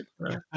right